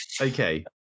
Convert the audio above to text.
okay